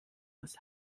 aus